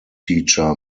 teacher